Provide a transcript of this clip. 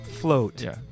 Float